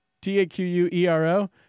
T-A-Q-U-E-R-O